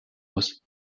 muss